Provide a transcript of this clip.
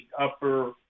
upper